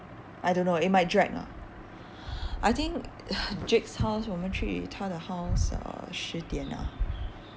I don't know it might drag lah I think jake's house 我们去他的 house uh 十点 ah